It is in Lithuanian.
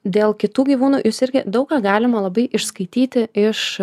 dėl kitų gyvūnų jūs irgi daug ką galima labai išskaityti iš